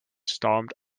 stormed